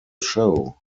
show